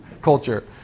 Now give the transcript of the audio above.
culture